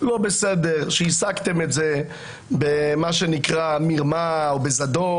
לא בסדר שהשגתם את זה במרמה או בזדון,